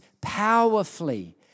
powerfully